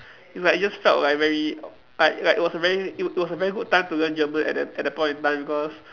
it's like it just felt like very like like it was very it it was a very good time to learn German at that at that point of time because